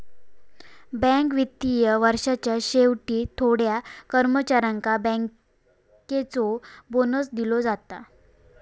bank वित्तीय वर्षाच्या शेवटी थोड्या कर्मचाऱ्यांका बँकर्सचो बोनस दिलो जाता